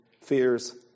fears